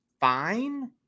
fine